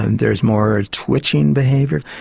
and there's more twitching behaviour.